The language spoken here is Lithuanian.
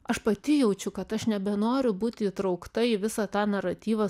aš pati jaučiu kad aš nebenoriu būti įtraukta į visą tą naratyvą